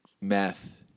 meth